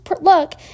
look